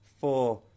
four